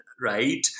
right